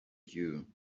you